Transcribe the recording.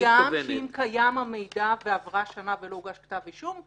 מכללה עולה גם שאם קיים המידע ועברה שנה ולא הוגש כתב אישום,